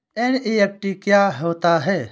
NEFT क्या होता है?